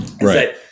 right